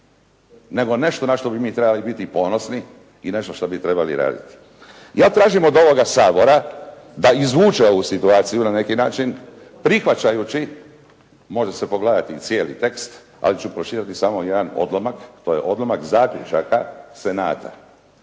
nego nešto na što bi trebali biti ponosni i nešto što bi trebali raditi. Ja tražim od ovoga Sabora da izvuče ovu situaciju na neki način, prihvaćajući može se pogledati i cijeli tekst, ali ću pročitati samo jedan odlomak, to je odlomak zaključaka Senata